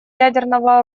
ядерного